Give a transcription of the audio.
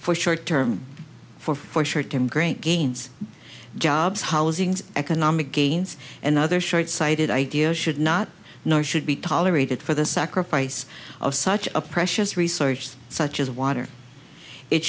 for short term great gains jobs housing economic gains and other short sighted ideas should not nor should be tolerated for the sacrifice of such a precious resource such as water it